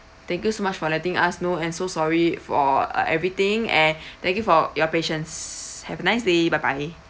thank you so much for letting us know and so sorry for uh everything and thank you for your patience have a nice day bye bye